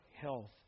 health